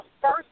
first